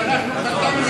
כי אנחנו חתמנו,